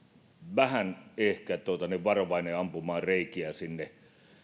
vähän ehkä varovainen ampumaan reikiä sinne